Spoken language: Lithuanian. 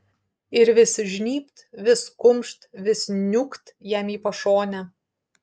ir vis žnybt vis kumšt vis niūkt jam į pašonę